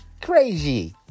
Crazy